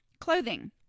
Clothing